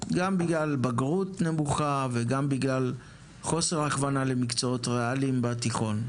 גם בגלל בגרות נמוכה וגם בגלל חובר הכוונה למקצועות ריאליים בתיכון.